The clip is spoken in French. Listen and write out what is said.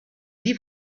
vie